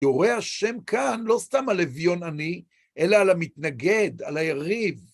תאורי השם כאן לא סתם על אביון עני, אלא על המתנגד, על היריב.